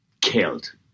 killed